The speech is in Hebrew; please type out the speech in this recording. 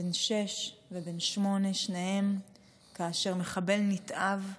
בן שש ובן שמונה, שניהם כאשר מחבל נתעב,